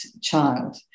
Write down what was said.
child